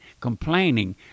complaining